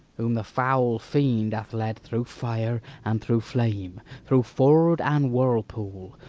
whom the foul fiend hath led through fire and through flame, through ford and whirlpool,